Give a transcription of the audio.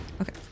Okay